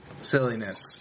silliness